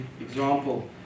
example